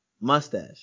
mustache